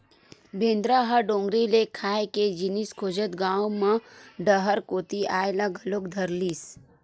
बेंदरा ह डोगरी ले खाए के जिनिस खोजत गाँव म डहर कोती अये ल घलोक धरलिस